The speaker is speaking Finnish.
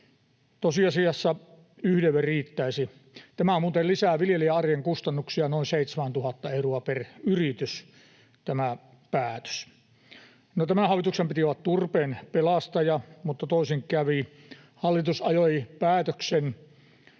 Tosiasiassa yhdelle riittäisi. Tämä päätös muuten lisää viljelijän arjen kustannuksia noin 7 000 euroa per yritys. No, tämän hallituksen piti olla turpeen pelastaja, mutta toisin kävi. Hallitus ajoi päätöksen,